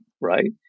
right